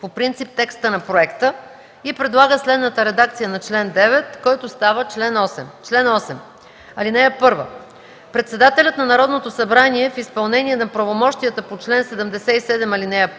„Чл. 8. (1) Председателят на Народното събрание в изпълнение на правомощията по чл. 77, ал.